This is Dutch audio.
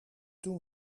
toen